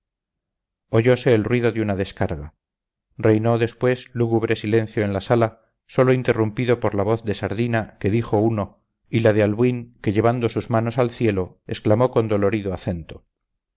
la ordenanza oyose el ruido de una descarga reinó después lúgubre silencio en la sala sólo interrumpido por la voz de sardina que dijo uno y la de albuín que elevando sus manos al cielo exclamó con dolorido acento